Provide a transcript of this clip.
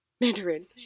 mandarin